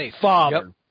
father